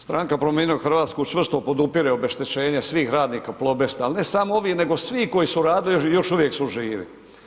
Stranka Promijenimo Hrvatsku čvrsto podupire obeštećenje svih radnika Plobesta, al ne samo ovih nego svih koju su radili a još uvijek su živi.